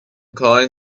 coin